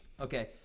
Okay